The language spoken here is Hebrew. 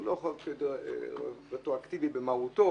הוא לא חוק רטרואקטיבי במהותו.